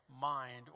mind